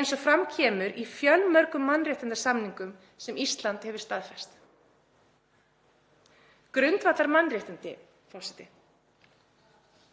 eins og fram kemur í fjölmörgum mannréttindasamningum sem ísland hefur staðfest.“— Grundvallarmannréttindi, forseti.